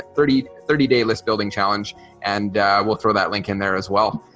thirty thirty day list building challenge and will throw that link in there as well.